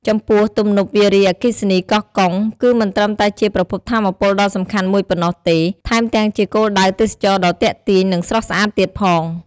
ចំពោះ ទំនប់វារីអគ្គិសនីកោះកុង គឺមិនត្រឹមតែជាប្រភពថាមពលដ៏សំខាន់មួយប៉ុណ្ណោះទេ ថែមទាំងជាគោលដៅទេសចរណ៍ដ៏ទាក់ទាញ និងស្រស់ស្អាតទៀតផង។